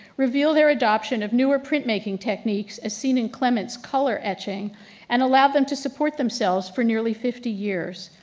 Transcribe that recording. reveal their adoption of newer printmaking techniques as seen in clemens color etching and allow them to support themselves for nearly fifty years.